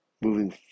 moving